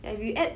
if you add